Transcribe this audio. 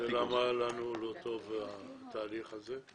למה לנו לא טוב התהליך הזה?